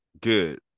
good